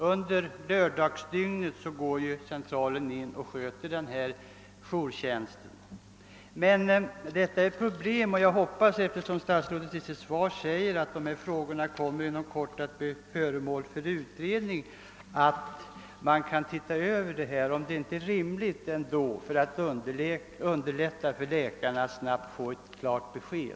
Under lördagsdygnet sköts jourtjänsten helt av giftinformationscentralen. Eftersom statsrådet i sitt svar säger att dessa frågor inom kort kommer att bli föremål för utredning, tycker jag det vore rimligt att även det här problemet togs med i denna utredning för att få klarlagt om man kan underlätta för läkarna att snabbt erhålla klara besked.